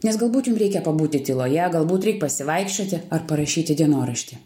nes galbūt jum reikia pabūti tyloje galbūt reik pasivaikščioti ar parašyti dienoraštį